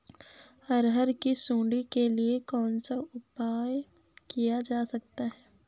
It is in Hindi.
अरहर की सुंडी के लिए कौन सा उपाय किया जा सकता है?